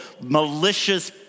malicious